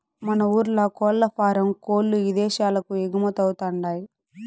మన ఊర్ల కోల్లఫారం కోల్ల్లు ఇదేశాలకు ఎగుమతవతండాయ్